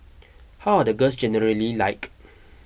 how are the girls generally like